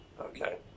okay